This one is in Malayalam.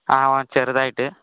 ആ വ ചെറുതായിട്ട്